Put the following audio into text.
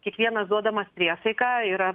kiekvienas duodamas priesaiką yra